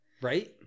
Right